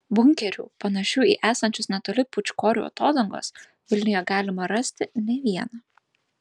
bunkerių panašių į esančius netoli pūčkorių atodangos vilniuje galima rasti ne vieną